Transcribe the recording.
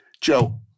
Joe